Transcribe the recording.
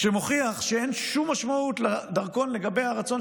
מה שמוכיח שאין שום משמעות לדרכון לגבי הרצון